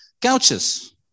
couches